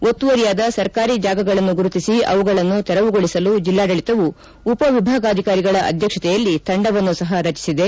ಒತ್ತುವರಿಯಾದ ಸರ್ಕಾರಿ ಜಾಗಗಳನ್ನು ಗುರುತಿಸಿ ಅವುಗಳನ್ನು ತೆರವುಗೊಳಿಸಲು ಜಿಲ್ಲಾಡಳಿತವು ಉಪವಿಭಾಗಾಧಿಕಾರಿಗಳ ಅಧ್ಯಕ್ಷತೆಯಲ್ಲಿ ತಂಡವನ್ನು ಸಪ ರಚಿಸಿದೆ